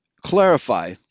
clarify